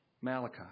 Malachi